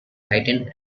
heightened